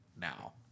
now